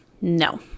No